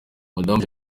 madamu